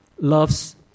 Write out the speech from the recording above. loves